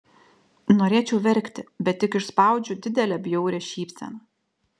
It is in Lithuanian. norėčiau verkti bet tik išspaudžiu didelę bjaurią šypseną